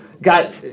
got